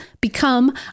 become